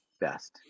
best